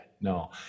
no